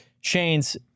Shane's